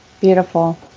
Beautiful